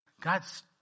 God's